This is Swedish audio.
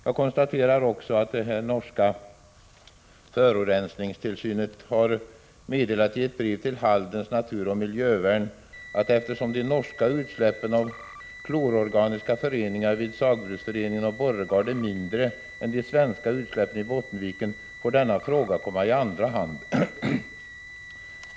Jag konstaterar också att den norska Statens forurensningstilsyn har meddelat i ett brev till Haldens naturoch miljövärn, att eftersom de norska utsläppen av klororganiska föreningar vid Saugbruksforeningen och Borregaard är mindre än de svenska utsläppen i Bottenviken, får denna fråga komma i andra hand.